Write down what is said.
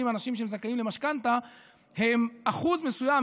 אנשים שזכאים למשכנתה זה אחוז מסוים,